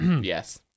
Yes